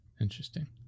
Interesting